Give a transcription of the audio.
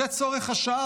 זה צורך השעה.